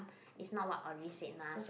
it's not what Audrey said mah so